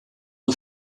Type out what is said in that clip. die